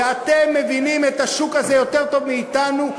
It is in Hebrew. ואתם מבינים את השוק הזה יותר טוב מאתנו,